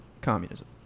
communism